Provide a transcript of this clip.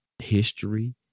history